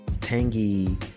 tangy